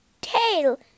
tail